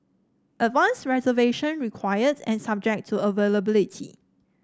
advanced reservation required and subject to availability